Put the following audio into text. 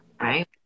right